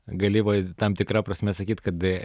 gali būti tam tikra prasme sakyt kad